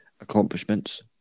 accomplishments